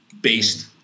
based